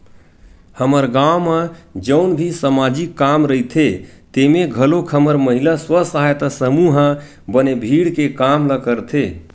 हमर गाँव म जउन भी समाजिक काम रहिथे तेमे घलोक हमर महिला स्व सहायता समूह ह बने भीड़ के काम ल करथे